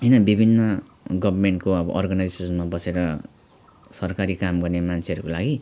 होइन विभिन्न गभर्मेन्टको अब अर्गनाइजेसनमा बसेर सरकारी काम गर्ने मान्छेहरूको लागि